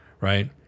right